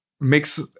makes